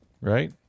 right